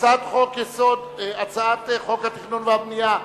שהצעת חוק התכנון והבנייה,